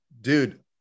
dude